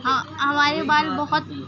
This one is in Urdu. ہاں ہمارے بال بہت